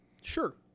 sure